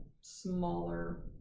smaller